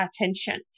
attention